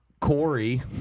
Corey